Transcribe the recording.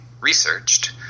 researched